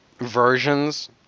versions